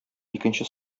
икенче